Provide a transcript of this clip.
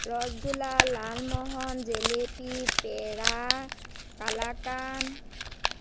rasgulla lalmohan jalebi peda কালাকান